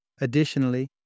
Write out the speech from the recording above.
Additionally